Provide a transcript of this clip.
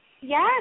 Yes